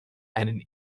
einen